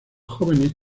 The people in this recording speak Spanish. jóvenes